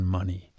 Money